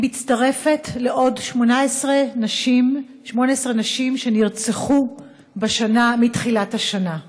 היא מצטרפת ל-18 נשים שנרצחו מתחילת השנה.